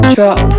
Drop